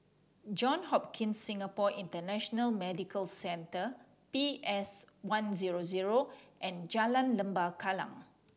John Hopkins Singapore International Medical Centre P S One zero zero and Jalan Lembah Kallang